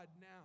now